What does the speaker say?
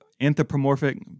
anthropomorphic